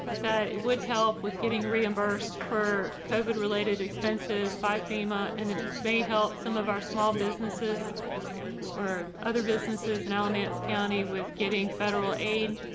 that would help with getting reimbursed for covid related expenses by fema, and and they help some of our small businesses or other businesses and alamance county with getting federal aid.